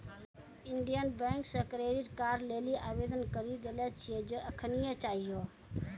Indian bank से credit card लेली आवेदन करी देले छिए जे एखनीये चाहियो